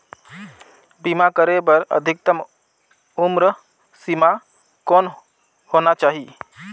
बीमा करे बर अधिकतम उम्र सीमा कौन होना चाही?